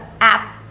app